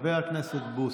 חבר הכנסת בוסו.